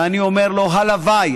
ואני אומר לו: הלוואי,